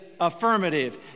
Affirmative